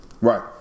Right